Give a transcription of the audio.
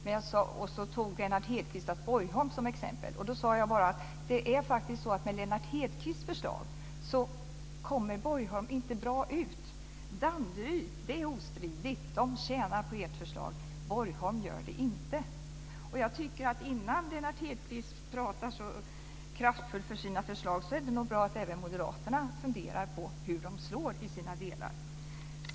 Lennart Hedquist tog Borgholm som exempel och då sade jag att med Lennart Hedquists förslag kommer inte Borgholm inte väl ut. Danderyd tjänar ostridigt på ert förslag men Borgholm gör inte det. Innan Lennart Hedquist talar så kraftfullt för sina förslag vore det nog bra om även moderaterna funderade över hur förslagen i sina delar slår.